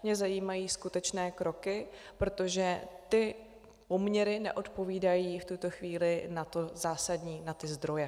Mě zajímají skutečné kroky, protože ty poměry neodpovídají v tuto chvíli na to zásadní, na ty zdroje.